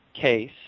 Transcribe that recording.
case